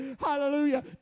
Hallelujah